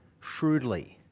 shrewdly